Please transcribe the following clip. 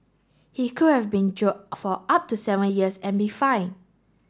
he could have been jailed for up to seven years and be fined